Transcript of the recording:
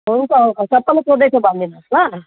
हुन्छ अङ्कल सबैलाई सोध्दै थियो भनिदिनुहोस् ल